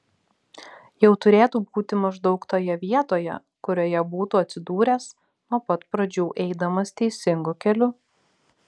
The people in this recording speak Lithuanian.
jau turėtų būti maždaug toje vietoje kurioje būtų atsidūręs nuo pat pradžių eidamas teisingu keliu